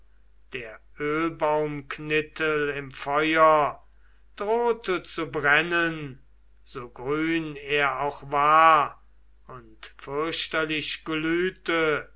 der ölbaumknittel im feuer drohte zu brennen so grün er auch war und fürchterlich glühte